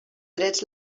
drets